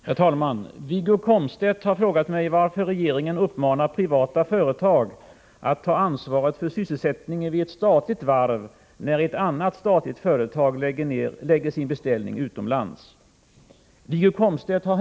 Enligt uppgift i TV 2:s Rapport tisdagen den 20 november uppgavs att SJ beslutat lägga sin beställning av en ny tågfärja i Norge.